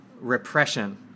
repression